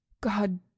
God